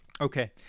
Okay